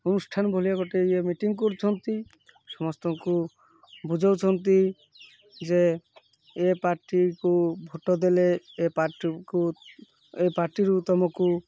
ଅନୁଷ୍ଠାନ ଭଳିଆ ଗୋଟେ ଇଏ ମିଟିଂ କରୁଛନ୍ତି ସମସ୍ତଙ୍କୁ ବୁଝଉଛନ୍ତି ଯେ ଏ ପାର୍ଟିକୁ ଭୋଟ୍ ଦେଲେ ଏ ପାର୍ଟିକୁ ଏ ପାର୍ଟିରୁ ତମକୁ